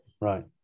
Right